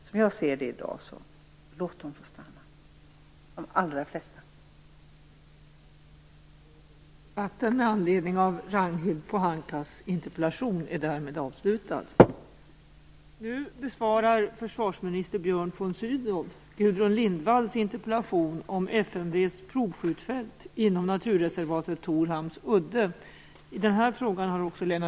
Som jag ser det i dag: Låt de allra flesta få stanna!